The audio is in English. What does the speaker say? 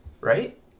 right